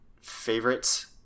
favorites